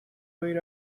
wait